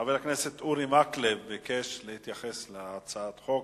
חבר הכנסת אורי מקלב ביקש להתייחס להצעת החוק,